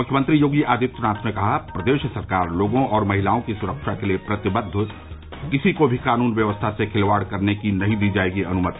मुख्यमंत्री योगी आदित्यनाथ ने कहा प्रदेश सरकार लोगों और महिलाओं की सुरक्षा के लिये प्रतिबद्व किसी को भी कानून व्यवस्था से खिलवाड़ करने की नहीं दी जायेगी अनुमति